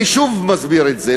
אני שוב מסביר את זה,